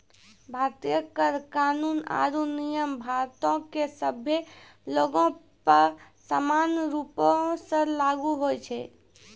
भारतीय कर कानून आरु नियम भारतो के सभ्भे लोगो पे समान रूपो से लागू होय छै